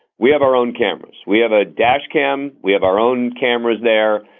we have our own cameras. we have a dash cam. we have our own cameras there.